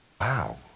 Wow